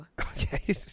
Okay